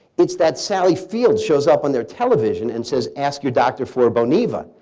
it's that sally fields shows up on their television and says ask your doctor for boniva.